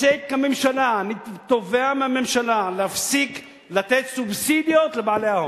תפסיק הממשלה אני תובע מהממשלה להפסיק לתת סובסידיות לבעלי ההון.